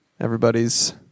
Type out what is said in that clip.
Everybody's